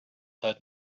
heard